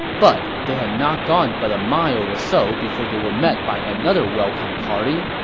but they had not gone but a mile or so before they were met by another welcome party.